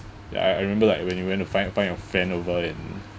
ya I I remember like when you went to find a find a friend over and